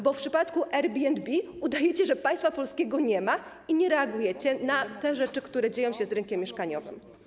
Bo w przypadku Airbnb udajecie, że państwa polskiego nie ma i nie reagujecie na te rzeczy, które dzieją się z rynkiem mieszkaniowym.